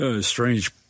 strange